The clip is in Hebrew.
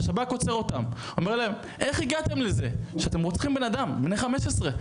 השב"כ עוצר אותם ואומר להם איך הגעתם לזה שאתם רוצחים בן אדם בני 15,